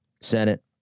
Senate